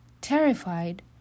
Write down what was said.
Terrified